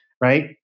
right